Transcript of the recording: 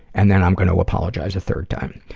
and then i'm gonna apologize a third time.